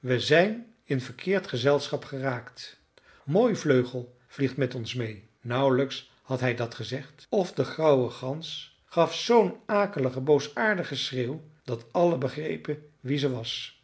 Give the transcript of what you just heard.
we zijn in verkeerd gezelschap geraakt mooivleugel vliegt met ons meê nauwelijks had hij dat gezegd of de grauwe gans gaf zoo'n akeligen boosaardigen schreeuw dat allen begrepen wie ze was